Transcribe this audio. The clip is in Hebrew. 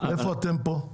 איפה אתם פה?